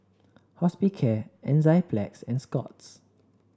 Hospicare Enzyplex and Scott's